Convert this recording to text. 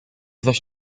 zaś